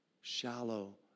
shallow